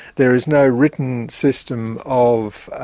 there is no written system of ah